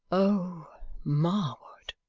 o marwood,